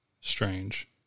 strange